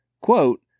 quote